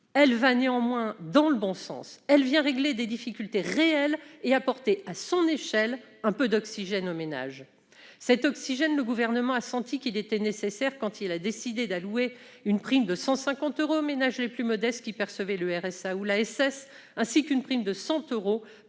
il va néanmoins dans le bon sens. Il traite des difficultés réelles et apporte, à son échelle, un peu d'oxygène aux ménages. Cet oxygène, le Gouvernement a senti qu'il était nécessaire quand il a décidé d'allouer une prime de 150 euros aux ménages les plus modestes qui percevaient le revenu de solidarité active (RSA) ou